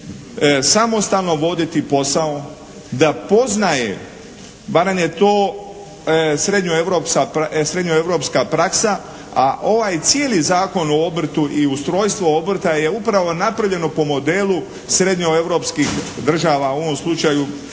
samostalno voditi posao da poznaje, barem je to srednjoeuropska praksa, a ovaj cijeli Zakon o obrtu i ustrojstvu obrta je upravo napravljeno po modelu srednjoeuropskih država, u ovom slučaju